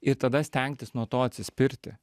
ir tada stengtis nuo to atsispirti